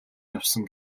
явсан